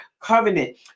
covenant